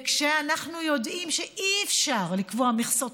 ואנחנו יודעים שאי-אפשר לקבוע מכסות